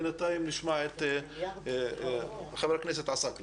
בינתיים נשמע את חבר הכנסת עסאקלה.